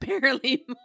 barely